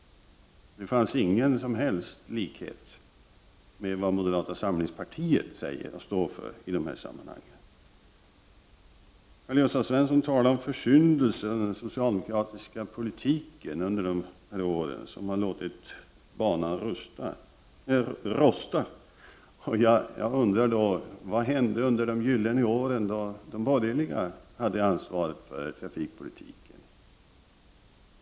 Det fanns inte någon som helst likhet mellan det han sade och det som moderata samlingspartiet står för i de här sammanhangen. Karl-Gösta Svenson talade om försyndelser i den socialdemokratiska politiken under de här åren som inneburit att man låtit banan rosta. Vad hände under de gyllene åren då de borgerliga hade ansvaret för trafikpolitiken?